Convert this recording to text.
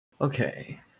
Okay